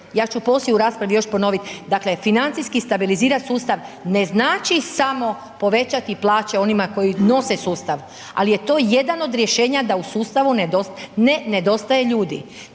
Ja ću poslije u raspravi još ponovit, dakle financijski stabilizirat sustav ne znači samo povećati plaće onima koji nose sustav ali je to jedan od rješenja da u sustavu ne nedostaje ljudi.